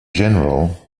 general